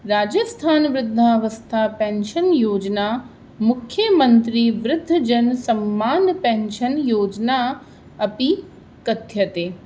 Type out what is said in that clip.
राजस्थानवृद्धावस्था pension योजना मुख्यमन्त्रीवृद्धजनसम्मान pension योजना अपि कथ्यते